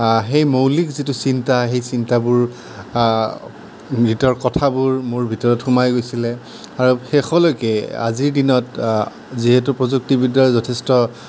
সেই মৌলিক যিটো চিন্তা সেই চিন্তাবোৰ গীতৰ কথাবোৰ মোৰ ভিতৰত সোমাই গৈছিলে আৰু শেষলৈকে আজিৰ দিনত যিহেতু প্ৰযুক্তি বিদ্যাৰ যথেষ্ট